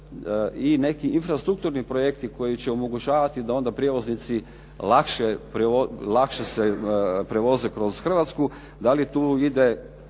i neki infrastrukturni projekti koji će omogućavati da onda prijevoznici lakše se prevoze kroz Hrvatsku. Da li tu ide